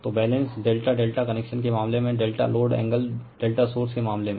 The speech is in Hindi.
तो बैलेंस ∆∆ कनेक्शन के मामले में ∆ लोड एंगल ∆ सोर्स के मामले में